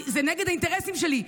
זה נגד האינטרסים שלי,